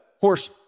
horse